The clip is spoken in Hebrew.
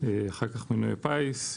מנויי פיס,